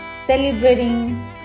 celebrating